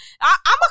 I'ma